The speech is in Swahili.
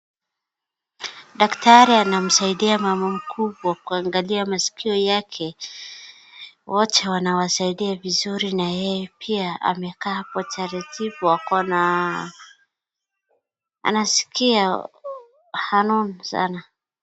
Daktari anamsaidia mama mkubwa kwa kuangalia maskio yake, wote wanawasaidia vizuri na yeye pia amekaa hapo taratibu akiwa na anaskia hanun sana.